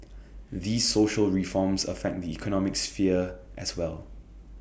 these social reforms affect the economic sphere as well